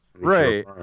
right